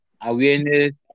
awareness